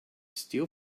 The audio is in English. steel